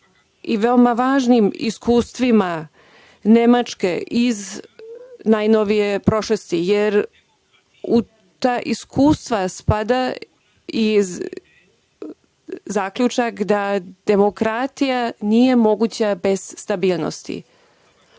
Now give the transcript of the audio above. ali veoma važnim iskustvima Nemačke iz najnovije prošlosti. U ta iskustva spada i zaključak da demokratija nije moguća bez stabilnosti,